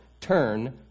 turn